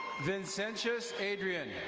vicencez adrian.